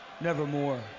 nevermore